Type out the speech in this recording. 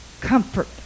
comfort